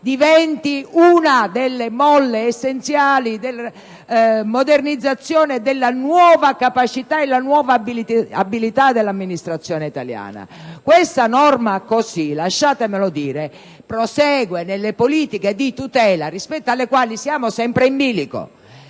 diventi una delle molle essenziali della modernizzazione, della nuova capacità e della nuova abilità dell'amministrazione italiana. La norma così come è - lasciatemelo dire - prosegue nelle politiche di tutela rispetto alle quali siamo sempre in bilico.